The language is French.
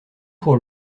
pour